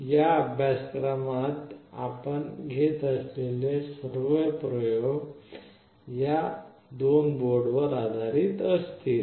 या अभ्यासक्रमात आपण घेत असलेले सर्व प्रयोग या दोन बोर्डवर आधारित असतील